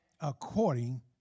according